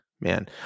man